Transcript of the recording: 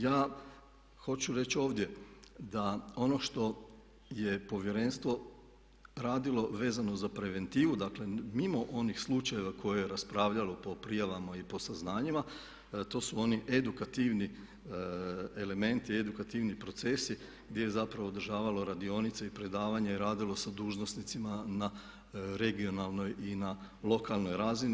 Ja hoću reći ovdje da ono što je povjerenstvo radilo vezano za preventivu, dakle mimo onih slučajeva koje je raspravljalo po prijavama i po saznanjima, to su oni edukativni elementi, edukativni procesi gdje je zapravo održavalo radionice i predavanja i radilo sa dužnosnicima na regionalnoj i na lokalnoj razini.